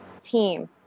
team